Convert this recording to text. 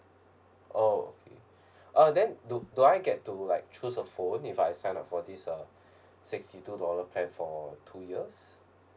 oh okay uh then do do I get to like choose a phone if I sign up for this uh sixty two dollar plan for two years